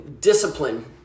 discipline